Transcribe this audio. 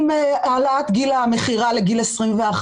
עם העלאת מכירה לגיל 21,